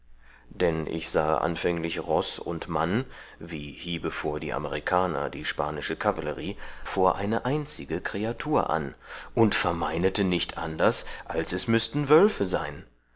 dann ich sähe anfänglich roß und mann wie hiebevor die amerikaner die spanische kavallerie vor eine einzige kreatur an und vermeinete nicht anders als es müßten wölfe sein